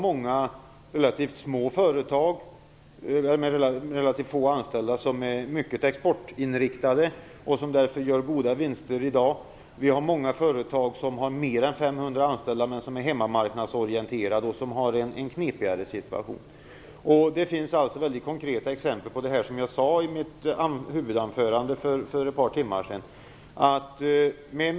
Många företag med relativt få anställda är mycket exportinriktade och gör därför goda vinster i dag, och många företag som har mer än 500 anställda är hemmamarknadsorienterade och har en knepigare situation. Som jag sade i mitt huvudanförande för ett par timmar sedan finns det väldigt konkreta exempel på detta.